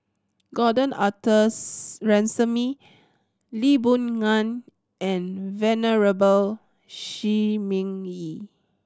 Gordon Arthur Ransome Lee Boon Ngan and Venerable Shi Ming Yi